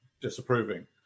disapproving